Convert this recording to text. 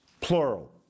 plural